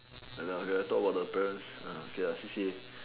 like that okay I talk about the parents uh okay ah C_C_A